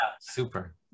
Super